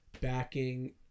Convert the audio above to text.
backing